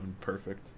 Perfect